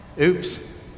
oops